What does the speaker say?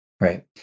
right